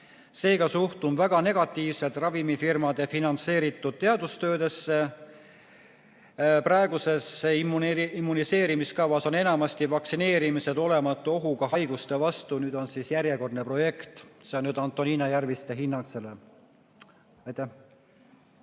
Seega suhtun väga negatiivselt ravimifirmade finantseeritud teadustöödesse. Praeguses immuniseerimiskavas on enamasti vaktsineerimised olematu ohuga haiguste vastu, nüüd on siis järjekordne projekt. See on Antonina Järviste hinnang sellele.